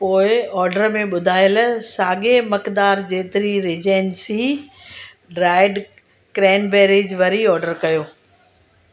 पोएं ऑडर में ॿुधायल साॻे मकदार जेतिरी रीजेंसी ड्राइड क्रेनबेरीज वरी ऑडर कयो